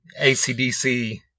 ACDC